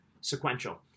Sequential